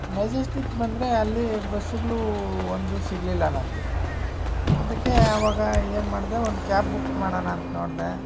Majestic ಬಂದರೆ ಅಲ್ಲಿ ಬಸ್ಸುಗಳು ಒಂದೂ ಸಿಗಲಿಲ್ಲ ನನಗೆ ಅದಕ್ಕೆ ಆವಾಗ ಏನು ಮಾಡಿದೆ ಒಂದು ಕ್ಯಾಬ್ ಬುಕ್ ಮಾಡೋಣಾಂತ ನೋಡಿದೆ